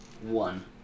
one